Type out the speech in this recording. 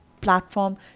platform